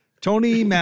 Tony